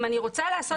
אם אני רוצה לעשות